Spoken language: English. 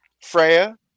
Freya